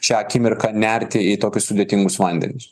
šią akimirką nerti į tokius sudėtingus vandenis